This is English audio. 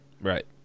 Right